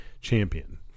champion